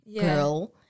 girl